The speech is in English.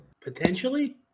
Potentially